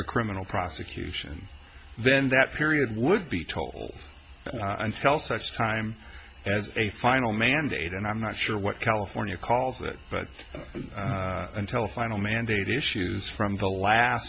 a criminal prosecution then that period would be told until such time as a final mandate and i'm not sure what california calls it but until a final mandated issues from the la